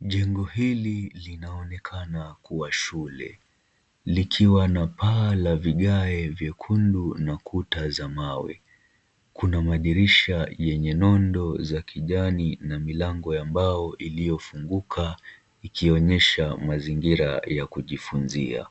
Jengo hili linaonekana kuwa shule likiwa na paa la vigae vyekundu na kuta za mawe. Kuna madirisha yenye nondo za kijani na milango ya mbao iliyofunguka ikionyesha mazingira ya kujifunzia.